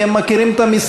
כי הם מכירים את המשרדים.